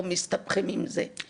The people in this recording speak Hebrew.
או מסתבכים עם זה,